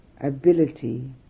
ability